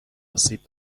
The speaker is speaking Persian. آسیب